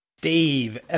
dave